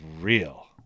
real